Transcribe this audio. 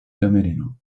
camerino